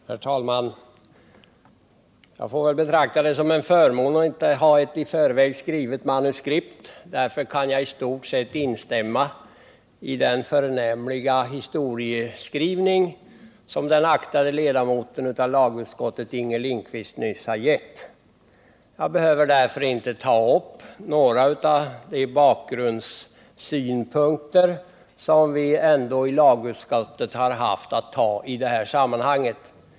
Herr talman! Jag får väl betrakta det som en förmån att inte ha ett i förväg skrivet manuskript. Jag kan nu i stort sett instämma i den förnämliga historieskrivning som den aktade ledamoten av lagutskottet Inger Lindquist nyss har gett. Därmed behöver jag inte ta upp några av de bakgrundssynpunkter som vi i lagutskottet har haft att beakta i detta sammanhang.